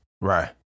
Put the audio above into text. Right